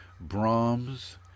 Brahms